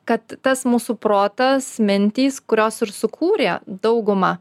kad tas mūsų protas mintys kurios ir sukūrė daugumą